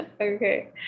Okay